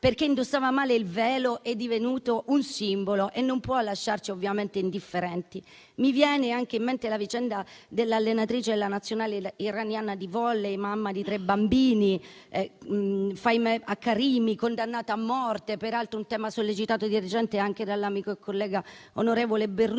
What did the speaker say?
perché indossava male il velo, è divenuto un simbolo, non può lasciarci indifferenti. Mi viene anche in mente la vicenda dell'allenatrice nazionale iraniana di *volley*, mamma di tre bambini, Fahimeh Karimi, condannata a morte. Si tratta peraltro di un tema sollecitato di recente anche dall'amico e collega onorevole Berruto.